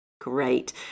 Great